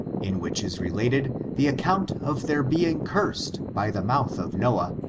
in which is related the account of their being cursed by the mouth of noah,